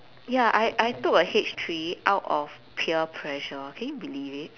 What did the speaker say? ya I I took a H three out of peer pressure can you believe it